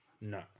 No